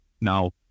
Now-